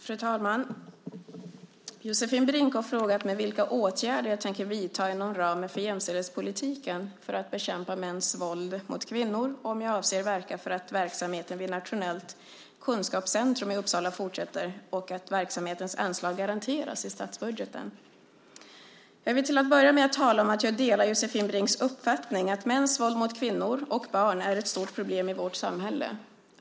Fru talman! Josefin Brink har frågat mig vilka åtgärder jag tänker vidta inom ramen för jämställdhetspolitiken för att bekämpa mäns våld mot kvinnor och om jag avser att verka för att verksamheten vid Nationellt kunskapscentrum i Uppsala fortsätter och att verksamhetens anslag garanteras i statsbudgeten. Jag vill till att börja med tala om att jag delar Josefin Brinks uppfattning att mäns våld mot kvinnor och barn är ett stort problem i vårt samhälle.